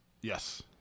Yes